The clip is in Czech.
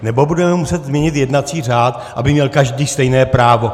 Nebo budeme muset změnit jednací řád, aby měl každý stejné právo.